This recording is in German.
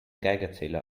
geigerzähler